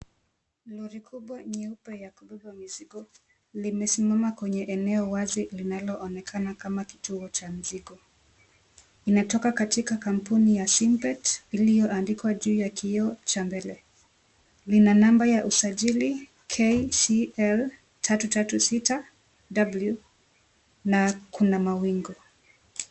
Lori kubwa nyeupe ya kubeba mizigo limesimama kwenye eneo wazi linaloonekana kama kituo cha mzigo, inatoka katika kampuni ya simpet iliyoandikwa juu ya kioo cha mbele. Lina namba ya usajili KCL 336 W na kuna mawingu.